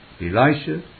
Elisha